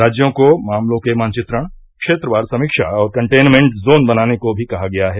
राज्यों को मामलों के मानचित्रण क्षेत्रवार समीक्षा और कटेनमेंट जोन बनाने को भी कहा गया है